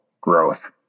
growth